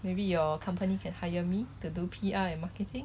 maybe your company can hire me to do P_R and marketing